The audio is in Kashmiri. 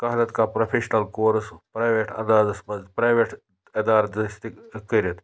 کانٛہہ نہ تہٕ کانٛہہ پرٛوفٮ۪شنَل کورٕس پرٛایویٹ اندازَس منٛز پرٛایویٹ اِدارٕ دٔسۍ تہِ کٔرِتھ